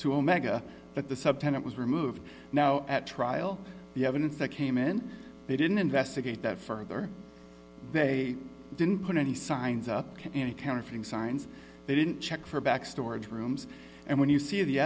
to omega that the subtenant was removed now at trial the evidence that came in they didn't investigate that further they didn't put any signs up to any counterfeiting signs they didn't check for back storage rooms and when you see the